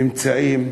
נמצאים